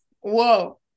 Whoa